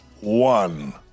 one